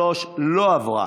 3 לא עברה.